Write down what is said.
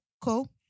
cool